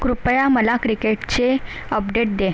कृपया मला क्रिकेटचे अपडेट दे